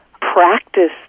practice